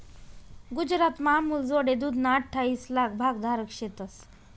गुजरातमा अमूलजोडे दूधना अठ्ठाईस लाक भागधारक शेतंस